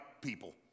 people